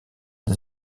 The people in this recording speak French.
des